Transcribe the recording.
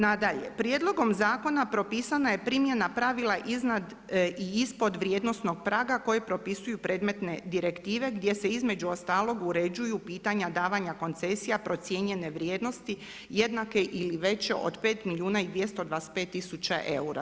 Nadalje, prijedlogom zakona propisana je primjena pravila iznad i ispod vrijednosnog praga koji propisuju predmetne direktive gdje se između ostalog uređuju pitanja davanja koncesija procijenjene vrijednosti jednake ili veće od pet milijuna i 225 tisuća eura.